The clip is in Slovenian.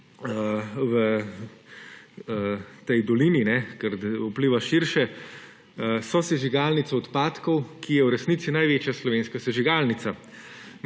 v tej dolini, ker vpliva širše, sosežigalnico odpadkov, ki je v resnici največja slovenska sežigalnica.